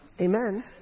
Amen